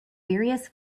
various